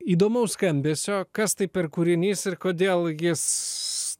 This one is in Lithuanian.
įdomaus skambesio kas tai per kūrinys ir kodėl jis